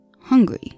Hungry